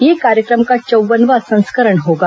यह कार्यक्रम का चौव्वनवां संस्करण होगा